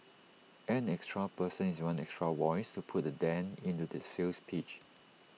an extra person is one extra voice to put A dent into their sales pitch